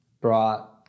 brought